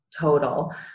total